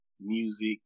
music